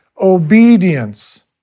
obedience